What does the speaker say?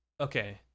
okay